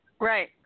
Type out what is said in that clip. right